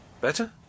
better